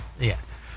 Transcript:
Yes